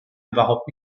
überhaupt